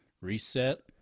reset